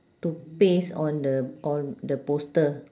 to paste on the on the poster